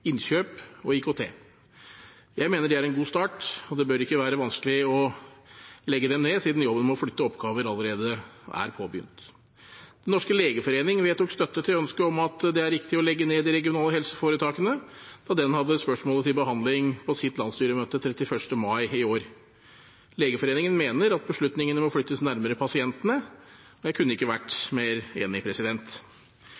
innkjøp og IKT. Jeg mener det er en god start, og det bør ikke være vanskelig å legge dem ned, siden jobben med å flytte oppgaver allerede er påbegynt. Den norske legeforening vedtok støtte til ønsket om å legge ned de regionale helseforetakene, da de hadde spørsmålet til behandling på sitt landsstyremøte den 31. mai i år. Legeforeningen mener at beslutningene må flyttes nærmere pasientene. Jeg kunne ikke vært